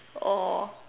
oh